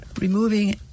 Removing